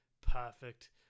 Perfect